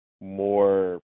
more